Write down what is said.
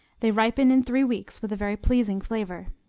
they ripen in three weeks with a very pleasing flavor.